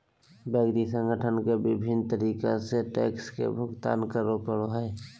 व्यक्ति संगठन के विभिन्न तरीका से टैक्स के भुगतान करे पड़ो हइ